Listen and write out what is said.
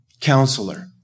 counselor